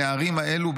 הנערים הללו,